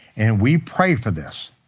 and we pray for this,